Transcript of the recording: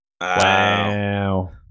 wow